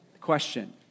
Question